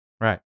Right